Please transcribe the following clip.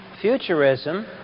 Futurism